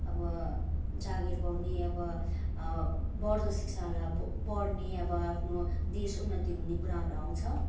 अब जागिर पाउने अब अब बढ्दो शिक्षाहरूलाई अब बढ्ने अब आफ्नो देश उन्नति हुने कुराहरू आउँछ